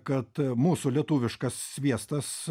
kad mūsų lietuviškas sviestas